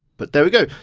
but there we go,